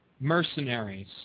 mercenaries